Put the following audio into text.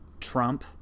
Trump